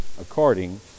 according